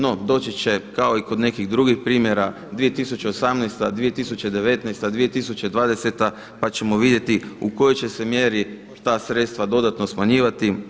No, doći će kao i kod nekih drugih primjera 2018., 2019., 2020. pa ćemo vidjeti u kojoj će se mjeri ta sredstva dodatno smanjivati.